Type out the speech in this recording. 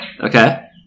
Okay